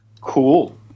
Cool